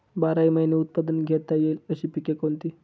बाराही महिने उत्पादन घेता येईल अशी पिके कोणती?